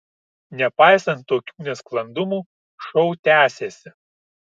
nepaisant tokių nesklandumų šou tęsėsi